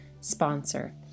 sponsor